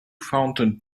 fountain